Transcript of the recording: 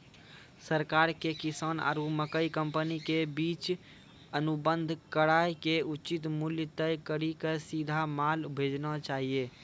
सरकार के किसान आरु मकई कंपनी के बीच अनुबंध कराय के उचित मूल्य तय कड़ी के सीधा माल भेजना चाहिए?